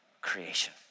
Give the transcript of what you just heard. creation